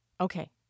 Okay